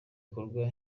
bikorwa